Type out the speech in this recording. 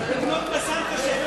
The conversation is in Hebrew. ליצמן נהג נכון.